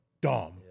dumb